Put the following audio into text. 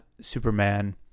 Superman